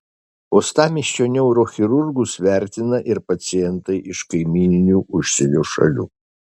uostamiesčio neurochirurgus vertina ir pacientai iš kaimyninių užsienio šalių